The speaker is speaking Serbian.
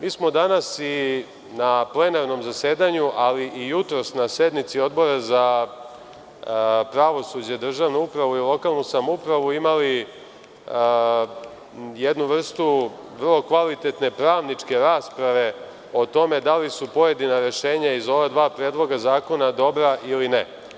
Mi smo danas i na plenarnom zasedanju ali i jutros na sednici Odbora za pravosuđe, državnu upravu i lokalnu samoupravu imali jednu vrstu vrlo kvalitetne pravničke rasprave o tome da li su pojedina rešenja iz ova dva predloga zakona dobra ili ne.